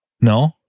No